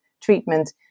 treatment